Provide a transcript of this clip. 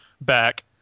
back